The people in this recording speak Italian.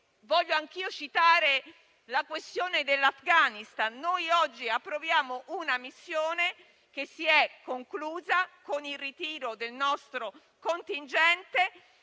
desidero anch'io citare la questione dell'Afghanistan. Noi oggi approviamo una missione che si è conclusa con il ritiro del nostro contingente